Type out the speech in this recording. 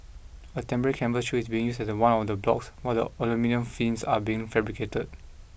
a temporary canvas shield is being used at one of the blocks while the while the aluminium fins are being fabricated